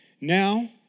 Now